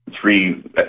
three